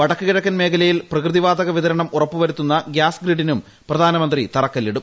വടക്ക് കിഴക്കൻ മേഖലയിൽ പ്രകൃതിവാതക വിതരണ ഉറപ്പുവരുത്തുന്ന ഗ്യാസ് ഗ്രിഡിനും പ്രധാനമന്ത്രി തറക്കല്ലിടും